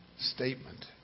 statement